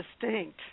distinct